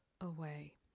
away